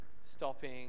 stopping